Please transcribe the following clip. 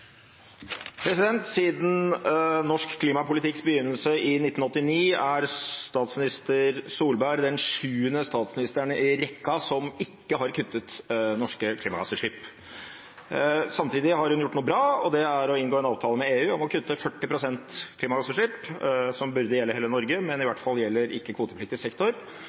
statsminister Solberg den sjuende statsministeren i rekka som ikke har kuttet norske klimagassutslipp. Samtidig har hun gjort noe bra, og det er å inngå en avtale med EU om å kutte 40 pst. klimagassutslipp, som burde gjelde hele Norge, men som i hvert fall gjelder ikke-kvotepliktig sektor. Fram til 2030 betyr det kutt på 0,6 millioner tonn i ikke-kvotepliktig sektor